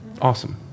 Awesome